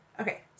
Okay